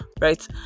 right